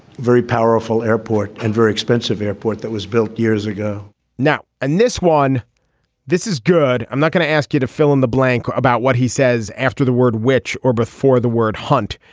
very powerful airport and very expensive airport that was built years ago now and this one this is good. i'm not going to ask you to fill in the blanks about what he says after the word witch or before the word hunt.